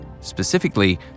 Specifically